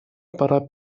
пора